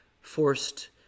forced